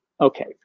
Okay